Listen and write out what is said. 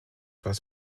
was